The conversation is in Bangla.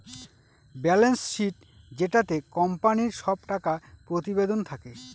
বেলেন্স শীট যেটাতে কোম্পানির সব টাকা প্রতিবেদন থাকে